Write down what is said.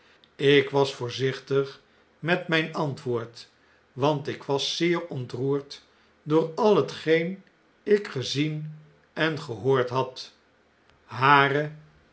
lk was voorzichtig met mijn antwoord want ik was zeer ontroerd door al hetgeen ik gezien en gehoord had hare